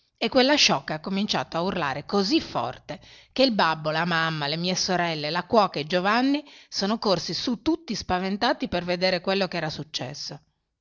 e quella sciocca ha cominciato a urlare così forte che il babbo la mamma le mie sorelle la cuoca e giovanni sono corsi su tutti spaventati per vedere quello che era successo